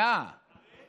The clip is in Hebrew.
הרי אין